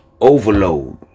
overload